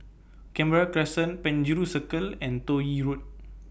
Canberra Crescent Penjuru Circle and Toh Yi Road